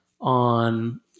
on